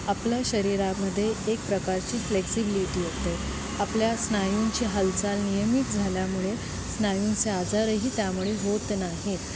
आपलं शरीरामध्ये एक प्रकारची फ्लेक्सिब्लिटी होते आपल्या स्नायूंची हालचाल नियमित झाल्यामुळे स्नायूंचे आजारही त्यामुळे होत नाहीत